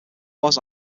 was